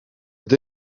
het